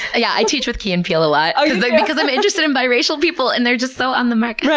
yeah i teach with key and peele a lot like because i'm interested in biracial people and they're just so on the mark.